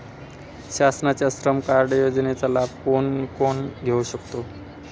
शासनाच्या श्रम कार्ड योजनेचा लाभ कोण कोण घेऊ शकतो?